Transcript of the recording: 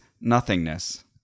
nothingness